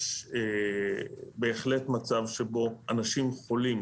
יש בהחלט מצב שבו אנשים חולים,